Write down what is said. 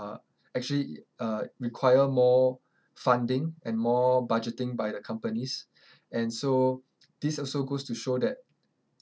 uh actually uh require more funding and more budgeting by the companies and so this also goes to show that